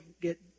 get